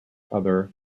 other